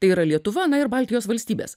tai yra lietuva na ir baltijos valstybės